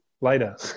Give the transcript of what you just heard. later